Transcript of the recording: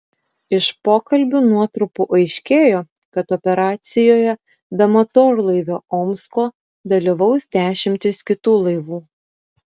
iš pokalbių nuotrupų aiškėjo kad operacijoje be motorlaivio omsko dalyvaus dešimtys kitų laivų